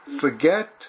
forget